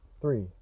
Three